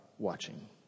Watching